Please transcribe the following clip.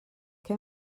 què